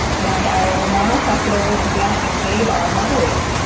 and i will now pass it over to janet mccabe, our moderator.